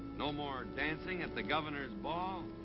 no more dancing at the governor's ball?